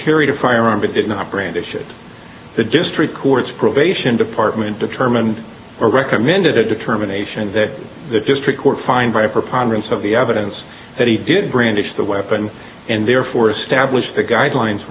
carried a firearm but did not brandish it the district court's probation department determined or recommended a determination that the district court find by a preponderance of the evidence that he did brandish the weapon and therefore establish the guidelines